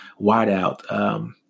wideout